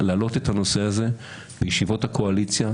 להעלות את הנושא הזה בישיבות הקואליציה.